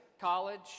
college